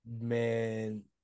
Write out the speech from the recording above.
Man